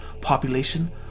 Population